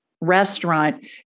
restaurant